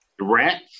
Rats